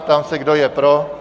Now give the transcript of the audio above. Ptám se, kdo je pro?